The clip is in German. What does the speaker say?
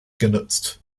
genutzt